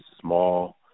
small